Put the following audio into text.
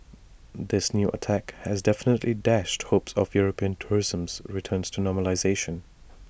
this new attack has definitely dashed hopes of european tourism's returns to normalisation